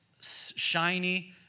shiny